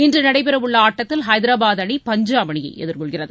இன்று நடைபெறவுள்ள ஆட்டத்தில் ஐதராபாத் அணி பஞ்சாப் அணியை எதிர்கொள்கிறது